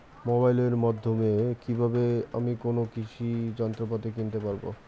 মোবাইলের মাধ্যমে কীভাবে আমি কোনো কৃষি যন্ত্রপাতি কিনতে পারবো?